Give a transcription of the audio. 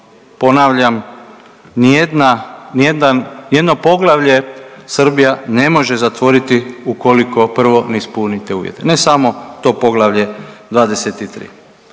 ni jedan, ni jedno poglavlje Srbija ne može zatvoriti ukoliko prvo ne ispuni te uvjete, ne samo to Poglavlje 23.